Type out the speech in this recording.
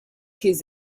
his